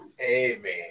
Amen